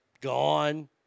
gone